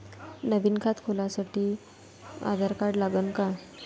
नवीन खात खोलासाठी आधार कार्ड लागन का?